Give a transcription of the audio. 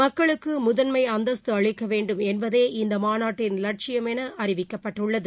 மக்களுக்கு முதன்மை அந்தஸ்து அளிக்க வேண்டும் என்பதே இந்த மாநாட்டின் லட்சியம் என அறிவிக்கப்பட்டுள்ளது